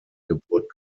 geburt